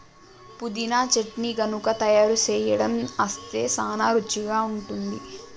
పుదీనా చట్నీ గనుక తయారు సేయడం అస్తే సానా రుచిగా ఉంటుంది